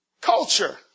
culture